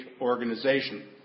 organization